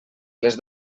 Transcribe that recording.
les